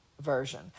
version